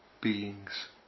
beings